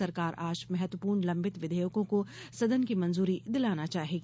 सरकार आज महत्वपूर्ण लंबित विधेयकों को सदन की मंजूरी दिलाना चाहेगी